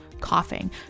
coughing